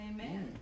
Amen